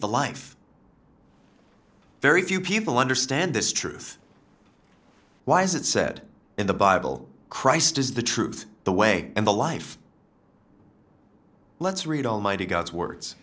the life very few people understand this truth why is it said in the bible christ is the truth the way and the life let's read almighty god's words